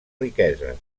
riqueses